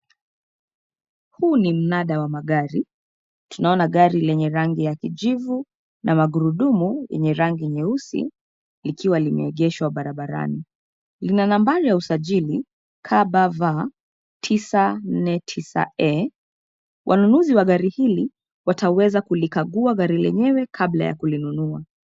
Huu ni mnada wa magari, tunaona gari lenye rangi ya kijivu na magurudumu yenye rangi nyeusi likiwa limeegeshwa barabarani, lina nambari ya usajili KBV 949E . Wanunuzi wa gari hili wataweza kulikagua gari lenyewe kabla ya kulinunua.